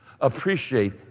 Appreciate